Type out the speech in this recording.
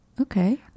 Okay